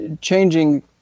changing